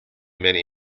many